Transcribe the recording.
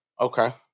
Okay